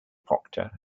procter